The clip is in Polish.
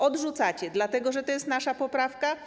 Odrzucacie dlatego, że to jest nasza poprawka?